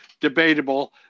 debatable